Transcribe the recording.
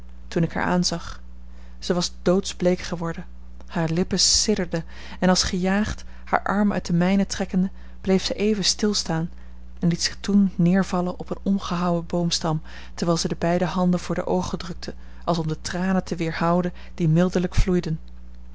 toen ik haar aanzag zij was doodsbleek geworden hare lippen sidderden en als gejaagd haar arm uit den mijnen trekkende bleef zij even stilstaan en liet zich toen neervallen op een omgehouwen boomstam terwijl zij de beide handen voor de oogen drukte als om de tranen te weerhouden die mildelijk vloeiden